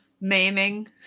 maiming